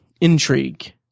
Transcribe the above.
intrigue